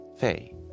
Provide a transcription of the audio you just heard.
Faye